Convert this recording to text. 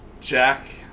Jack